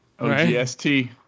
Ogst